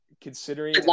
considering